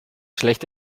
schlecht